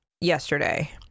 yesterday